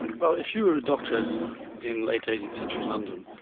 well if you were a doctor in late eighteenth century london,